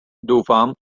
doufám